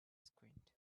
squint